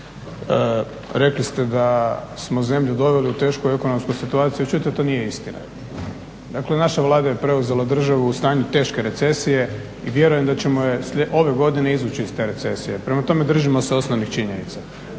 Rekli ste da smo zemlju doveli u tešku ekonomsku situaciju, čujte to nije istina. Dakle, naša Vlada je preuzela državu u stanju teške recesije i vjerujem da ćemo je ove godine izvući iz te recesije. Prema tome, držimo se osnovnih činjenica.